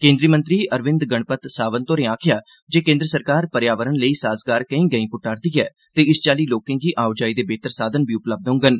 केन्द्रीय मंत्री अरविंद गणपत सावंत होरें आक्खेया जे केन्द्र सरकार पर्यावरण लेई साजगार केंई मैं पुट्टा रदी ऐ ते इस चाली लोकें गी आओ जाई दे बेहतर साधन बी उपलब्ध होगंन